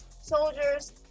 soldiers